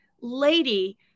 lady